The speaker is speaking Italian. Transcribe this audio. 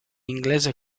inglese